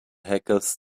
hackers